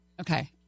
Okay